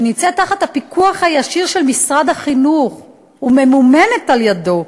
שנמצאת תחת הפיקוח הישיר של משרד החינוך וממומנת על-ידיו,